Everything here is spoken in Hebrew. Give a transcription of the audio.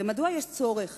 ומדוע יש צורך